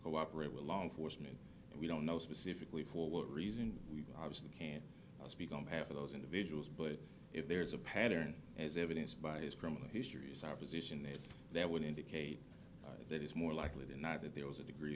cooperate with law enforcement we don't know specifically for what reason we can't speak on behalf of those individuals but if there's a pattern as evidenced by his criminal history is our position then that would indicate that it's more likely than not that there was a degree